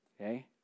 okay